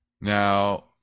Now